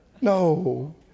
No